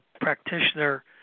practitioner